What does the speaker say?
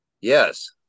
Yes